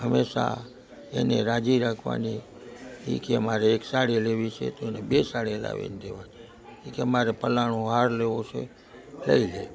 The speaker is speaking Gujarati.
હમેશા એને રાજી રાખવાની એ કહે મારે એક સાડી લેવી છે તો એને બે સાડી લાવીને દેવાની એ કહે મારે ફલાણું હાર લેવો છે લઈ લે